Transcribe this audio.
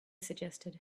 suggested